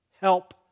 help